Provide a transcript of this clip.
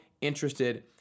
interested